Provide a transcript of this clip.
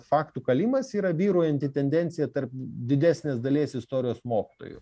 faktų kalimas yra vyraujanti tendencija tarp didesnės dalies istorijos mokytojų